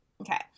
Okay